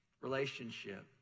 relationship